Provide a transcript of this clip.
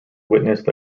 witnessed